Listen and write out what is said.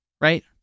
right